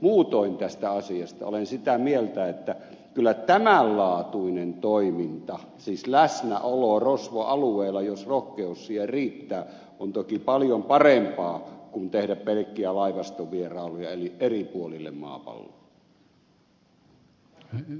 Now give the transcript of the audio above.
muutoin tästä asiasta olen sitä mieltä että kyllä tämän laatuinen toiminta siis läsnäolo rosvoalueella jos rohkeus siihen riittää on toki paljon parempaa kuin tehdä pelkkiä laivastovierailuja eri puolille maapalloa